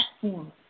platform